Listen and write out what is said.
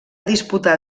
disputar